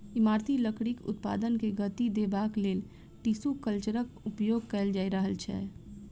इमारती लकड़ीक उत्पादन के गति देबाक लेल टिसू कल्चरक उपयोग कएल जा रहल छै